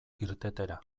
irtetera